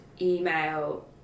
email